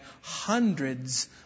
hundreds